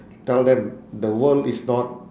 tell them the world is not